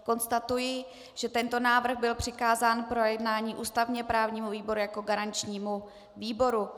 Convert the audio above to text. Konstatuji, že tento návrh byl přikázán k projednání ústavněprávnímu výboru jako garančnímu výboru.